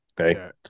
Okay